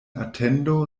atendo